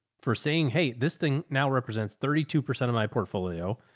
for saying, hey, this thing now represents thirty two percent of my portfolio.